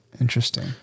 interesting